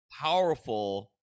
powerful